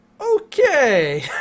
okay